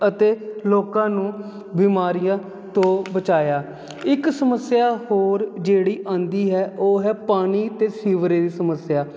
ਅਤੇ ਲੋਕਾਂ ਨੂੰ ਬਿਮਾਰੀਆਂ ਤੋਂ ਬਚਾਇਆ ਇੱਕ ਸਮੱਸਿਆ ਹੋਰ ਜਿਹੜੀ ਆਂਦੀ ਹੈ ਉਹ ਹੈ ਪਾਣੀ ਤੇ ਸੀਵਰੇਜ ਦੀ ਸਮੱਸਿਆ